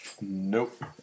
Nope